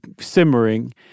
simmering